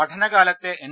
പഠനകാലത്തെ N